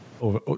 over